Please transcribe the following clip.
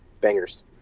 bangers